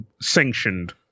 sanctioned